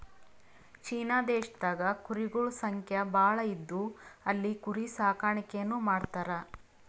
China ದೇಶದಾಗ್ ಕುರಿಗೊಳ್ ಸಂಖ್ಯಾ ಭಾಳ್ ಇದ್ದು ಅಲ್ಲಿ ಕುರಿ ಸಾಕಾಣಿಕೆನೂ ಮಾಡ್ತರ್